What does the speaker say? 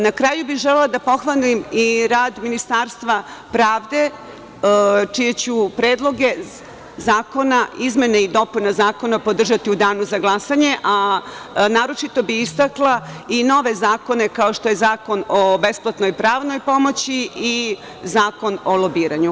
Na kraju, želela bih da pohvalim i rad Ministarstva pravde, čije ću Predloge zakona, izmene i dopune zakona, podržati u danu za glasanje, a naročito bih istakla i nove zakone, kao što je Zakon o besplatnoj pranoj pomoći i Zakon o lobiranju.